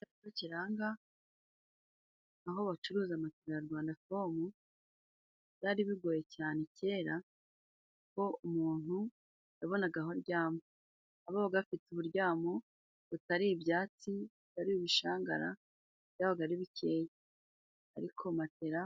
Icyapa kiranga aho bacuruza matera ya Rwandafomu, byari bigoye cyane kera ko umuntu yabonaga aho aryama. Abaga bafite uburyamo butari ibyatsi, atari ibishangara, byabaga ari bikeye. Ariko matera